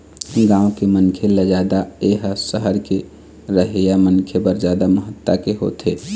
गाँव के मनखे ले जादा ए ह सहर के रहइया मनखे बर जादा महत्ता के होथे